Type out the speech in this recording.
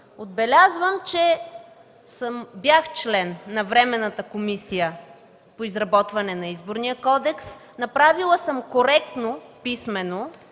Отбелязвам, че бях член на Временната комисия по изработване на Изборния кодекс, направила съм коректно писмено